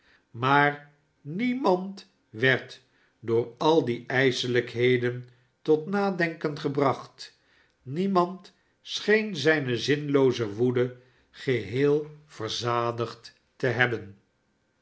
maar niemand werd door al die ijselijkheden tot nadenken gebrachf niemand scheen zijne zinnelooze woede geheel verzadigd te hebben